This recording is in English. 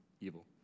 evil